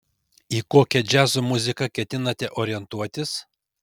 į kokią džiazo muziką ketinate orientuotis